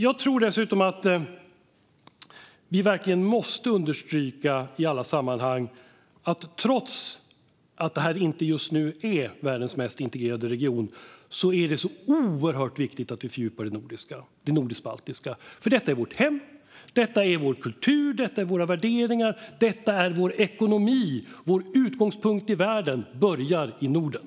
Jag tror dessutom att vi verkligen i alla sammanhang måste understryka att det, trots att det här inte just nu är världens mest integrerade region, är oerhört viktigt att vi fördjupar det nordisk-baltiska, för detta är vårt hem, detta är vår kultur, detta är våra värderingar och detta är vår ekonomi - vår utgångspunkt i världen börjar i Norden.